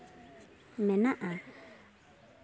ᱢᱮᱱᱟᱜᱼᱟ